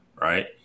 Right